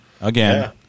again